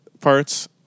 parts